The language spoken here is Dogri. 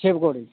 हांजी हांजी